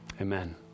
Amen